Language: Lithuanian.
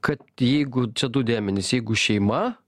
kad jeigu čia du dėmenys jeigu šeima